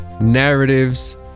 narratives